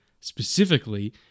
specifically